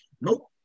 nope